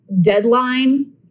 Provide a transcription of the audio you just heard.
deadline